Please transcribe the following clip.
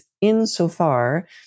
insofar